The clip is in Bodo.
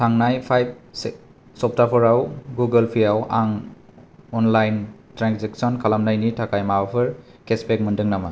थांनाय फाइब सप्ताफोराव गुगोल पेआव आं अनलाइन ट्रेन्जेकसन खालामनायनि थाखाय माबाफोर केसबेक मोनदों नामा